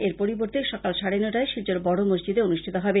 এর পরিবর্তে সকাল সাড়ে নটায় শিলচর বড় মসজিদে ঈদের নামাজ অনুষ্ঠিত হবে